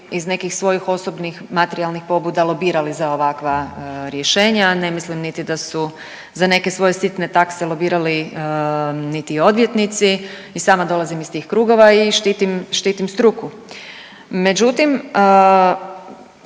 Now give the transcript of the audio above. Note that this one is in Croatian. iz nekih svojih osobnih materijalnih pobuda lobirali za ovakva rješenja, ne mislim niti da su za neke svoje sitne takse lobirali niti odvjetnici. I sama dolazim iz tih krugova i štitim struku, međutim